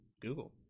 Google